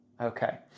Okay